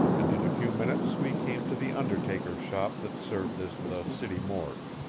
and in a few minutes we came to the undertaker's shop that served as the city morgue.